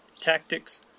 tactics